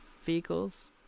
Vehicles